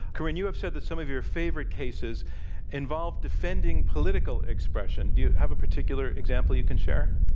corynne, you have said that some of your favorite cases involved defending political expression. do you have a particular example you can share?